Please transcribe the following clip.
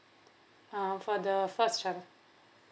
uh for the first child